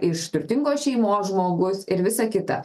iš turtingos šeimos žmogus ir visa kita